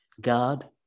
God